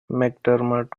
mcdermott